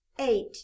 Eight